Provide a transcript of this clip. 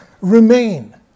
remain